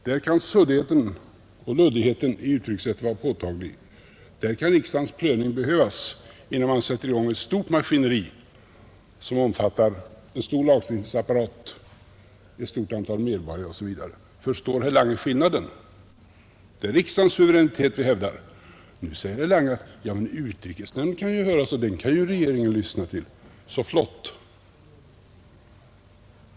Där kan suddigheten och luddigheten i uttryckssätt vara påtagliga, och där kan riksdagens prövning behövas, innan man sätter i gång ett stort maskineri som omfattar en stor lagstiftningsapparat, ett stort antal medborgare osv. Förstår herr Lange skillnaden? Det är riksdagens suveränitet vi hävdar. Nu säger kanske herr Lange: Ja, men utrikesnämnden kan ju höras, och den kan ju regeringen lyssna till. Så flott!